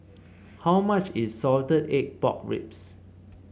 how much is Salted Egg Pork Ribs